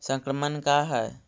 संक्रमण का है?